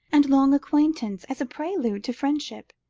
and long acquaintance as a prelude to friendship,